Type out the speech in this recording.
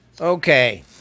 Okay